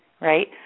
right